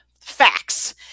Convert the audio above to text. facts